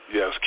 Yes